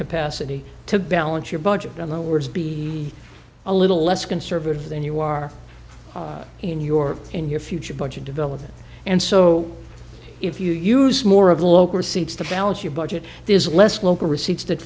capacity to balance your budget on the words be a little less conservative than you are in your in your future budget developments and so if you use more of local seeds to balance your budget there's less local receipts that